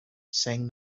saying